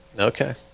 okay